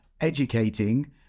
educating